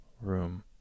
room